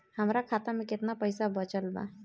हमरा खाता मे केतना पईसा बचल बा?